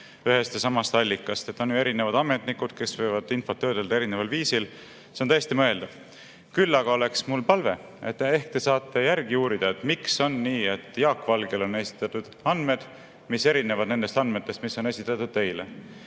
ühest ja samast allikast. On ju erinevad ametnikud, kes võivad infot töödelda erineval viisil. See on täiesti mõeldav. Küll aga oleks mul palve, et ehk te saate järele uurida, miks on nii, et Jaak Valgele on esitatud andmed, mis erinevad nendest andmetest, mis on esitatud teile.